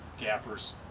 gappers